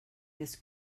this